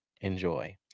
enjoy